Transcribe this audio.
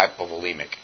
hypovolemic